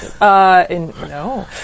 No